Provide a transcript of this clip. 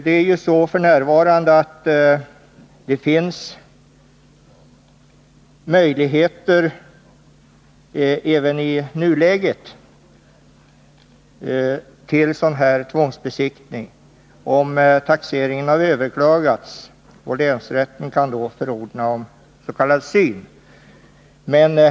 Även i nuläget finns det möjlighet till tvångsbesiktning om taxeringen har överklagats, då länsrätten kan förordna om s.k. syn.